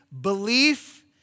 belief